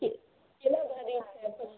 ठीक केना दऽ दिऔ अथी